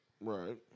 Right